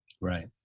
right